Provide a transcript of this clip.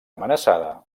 amenaçada